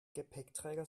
gepäckträger